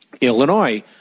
Illinois